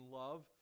love